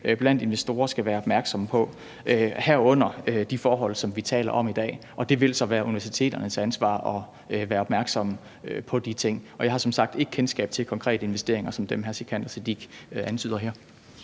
blandt investorer skal være opmærksomme på, herunder de forhold, som vi taler om i dag. Og det vil så være universiteternes ansvar at være opmærksomme på de ting. Og jeg har som sagt ikke kendskab til konkrete investeringer som dem, hr. Sikandar Siddique antyder her.